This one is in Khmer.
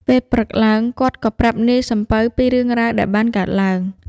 ពេលព្រឹកឡើង គាត់ក៏ប្រាប់នាយសំពៅពីរឿងរ៉ាវដែលបានកើតឡើង។